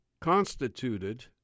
constituted